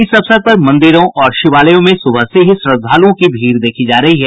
इस अवसर पर मंदिरों और शिवालयों में सुबह से ही श्रद्धालुओं की भीड़ देखी जा रही है